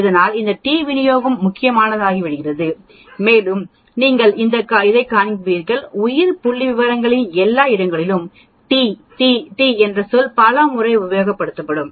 இதனால் இந்த டி விநியோகம் முக்கியமானதாகிவிடும் மேலும் நீங்கள் இதைக் காண்பீர்கள் உயிர் புள்ளிவிவரங்களில் எல்லா இடங்களிலும் T T T என்ற சொல் பல முறை உபயோகம்